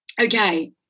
Okay